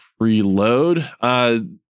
preload